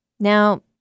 Now